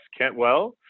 Kentwell